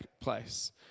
place